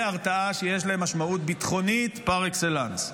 הרתעה שיש להם משמעות ביטחונית פר אקסלנס.